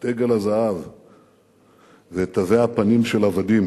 את עגל הזהב ואת תווי הפנים של העבדים,